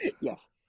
yes